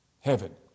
heaven